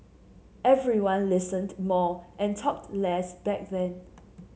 everyone listened more and talked less back then